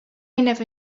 never